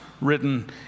written